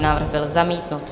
Návrh byl zamítnut.